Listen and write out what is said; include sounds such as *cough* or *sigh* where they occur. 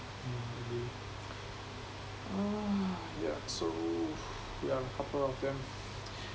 mm agree *noise* yeah so yeah couple of them